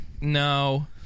no